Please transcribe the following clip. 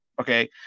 Okay